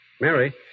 Mary